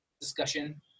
discussion